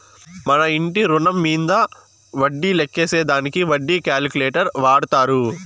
మన ఇంటి రుణం మీంద వడ్డీ లెక్కేసే దానికి వడ్డీ క్యాలిక్యులేటర్ వాడతారు